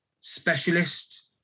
specialist